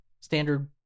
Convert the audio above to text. standard